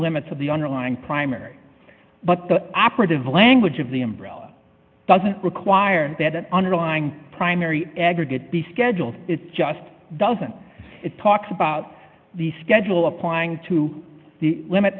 limits of the underlying primary but the operative language of the umbrella doesn't require that the underlying primary aggregate be scheduled just doesn't it talks about the schedule applying to the limit